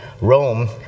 Rome